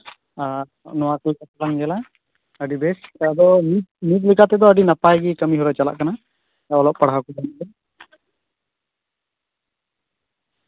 ᱟᱨ ᱱᱚᱶᱟ ᱠᱚ ᱠᱟᱹᱪ ᱞᱟᱝ ᱧᱮᱞᱟ ᱟᱹᱰᱤ ᱵᱮᱥ ᱟᱫᱚ ᱱᱤᱛ ᱞᱮᱠᱟ ᱛᱮᱫᱚ ᱟᱹᱰᱤ ᱱᱟᱯᱟᱭ ᱜᱮ ᱠᱟᱹᱢᱤᱦᱚᱨᱟ ᱪᱟᱞᱟᱜ ᱠᱟᱱᱟ ᱚᱞᱚᱜ ᱯᱟᱲᱦᱟᱣ ᱠᱚᱫᱚ